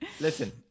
Listen